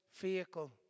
vehicle